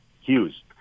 Hughes